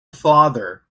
father